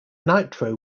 nitro